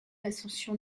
ascension